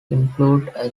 include